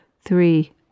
three